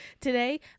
today